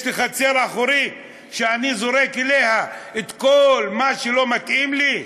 יש לי חצר אחורית שאני זורק אליה את כל מה שלא מתאים לי?